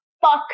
fuck